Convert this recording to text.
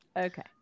Okay